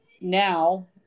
now